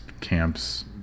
camps